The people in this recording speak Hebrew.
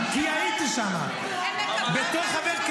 כי הייתי שם, כי הייתי שם, בתוך --- בתור מה?